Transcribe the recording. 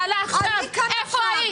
איפה היית?